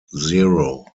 zero